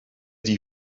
ydy